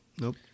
Nope